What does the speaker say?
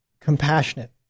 compassionate